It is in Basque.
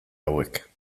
hauek